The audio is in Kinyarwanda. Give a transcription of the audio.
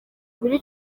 buri